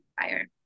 fire